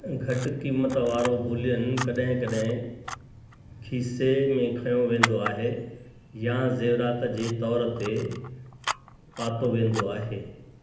घटि क़ीमत वारो बुलियन कॾहिं कॾहिं ख़ीसे में खयो वेंदो आहे या ज़ेवरातु जे तौरु ते पातो वेंदो आहे